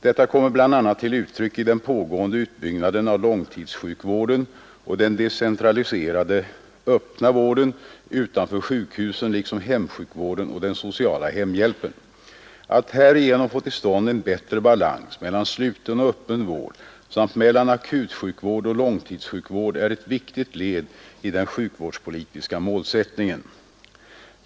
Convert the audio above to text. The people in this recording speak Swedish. Detta kommer bl.a. till uttryck i den pågående utbyggnaden av långtidssjukvården och den decentraliserade öppna vården utanför sjukhusen liksom hemsjukvården och den sociala hemhjälpen. Att härigenom få till stånd en bättre balans mellan sluten och öppen vård samt mellan akutsjukvård och långtidssjukvård är ett viktigt led i den sjukvårdspolitiska målsättningen.